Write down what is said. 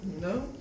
No